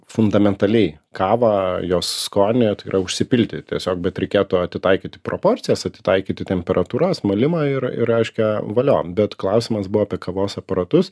fundamentaliai kavą jos skonį tai yra užsipilti tiesiog bet reikėtų atitaikyti proporcijas atitaikyti temperatūras malimą ir ir reiškia valio bet klausimas buvo apie kavos aparatus